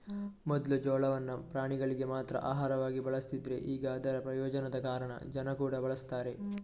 ಮೊದ್ಲು ಜೋಳವನ್ನ ಪ್ರಾಣಿಗಳಿಗೆ ಮಾತ್ರ ಆಹಾರವಾಗಿ ಬಳಸ್ತಿದ್ರೆ ಈಗ ಅದರ ಪ್ರಯೋಜನದ ಕಾರಣ ಜನ ಕೂಡಾ ಬಳಸ್ತಾರೆ